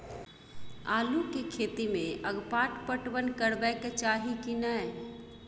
आलू के खेती में अगपाट पटवन करबैक चाही की नय?